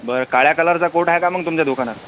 बरं काळ्या कलरचा कोट आहे का मग तुमच्या दुकानात